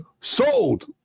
sold